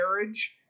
marriage